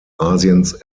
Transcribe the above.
asiens